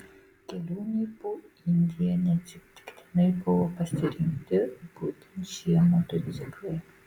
kelionei po indiją neatsitiktinai buvo pasirinkti būtent šie motociklai